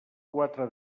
quatre